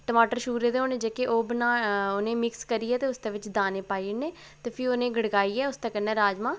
टमाटर शूरे दे होने जेह्के ओह् उ'नें ई मिक्स करियै ते उसदे बिच दाने पाई ओड़ने ते फ्ही उ'नें ई गड़काइयै उसदे कन्नै राजमांह्